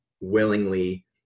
willingly